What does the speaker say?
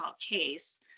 case